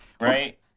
right